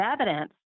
evidence